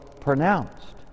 pronounced